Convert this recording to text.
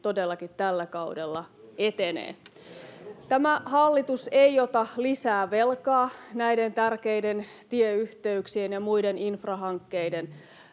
Juuri näin! Kerrankin!] Tämä hallitus ei ota lisää velkaa näiden tärkeiden tieyhteyksien ja muiden infrahankkeiden